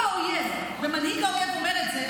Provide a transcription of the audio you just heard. אם האויב ומנהיג האויב אומר את זה,